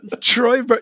Troy